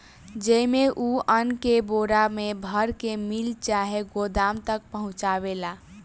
जेइमे, उ अन्न के बोरा मे भर के मिल चाहे गोदाम तक पहुचावेला